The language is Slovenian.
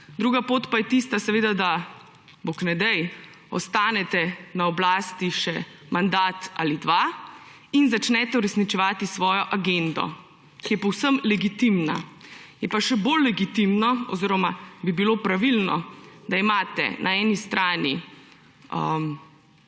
druga pot pa je tista seveda, da, bog ne daj, ostanete na oblasti še mandat ali dva in začnete uresničevati svojo agendo, ki je povsem legitimna. Je pa še bolj legitimno oziroma bi bilo pravilno, da imate na eni strani